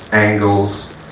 angles,